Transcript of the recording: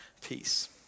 peace